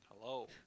hello